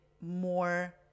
more